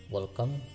Welcome